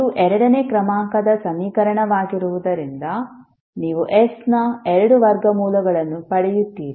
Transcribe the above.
ಇದು ಎರಡನೇ ಕ್ರಮಾಂಕದ ಸಮೀಕರಣವಾಗಿರುವುದರಿಂದ ನೀವು s ನ ಎರಡು ವರ್ಗಮೂಲಗಳನ್ನು ಪಡೆಯುತ್ತೀರಿ